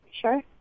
Sure